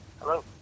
Hello